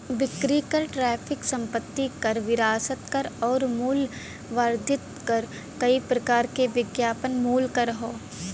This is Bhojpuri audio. बिक्री कर टैरिफ संपत्ति कर विरासत कर आउर मूल्य वर्धित कर कई प्रकार के विज्ञापन मूल्य कर हौ